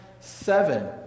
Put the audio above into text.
seven